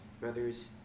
brothers